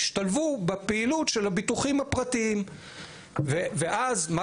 ישתלבו בפעילות של הביטוחים הפרטיים ואז מה